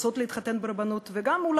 רוצות להתחתן ברבנות,